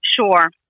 Sure